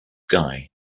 sky